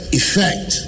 effect